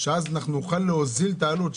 שאז נוכל להוזיל את העלות,